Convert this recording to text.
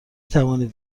توانید